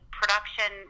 production